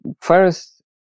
first